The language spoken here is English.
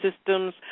systems